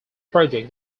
project